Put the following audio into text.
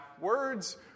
Words